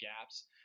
gaps